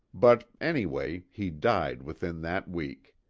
but any way he died within that week.